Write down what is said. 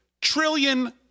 trillion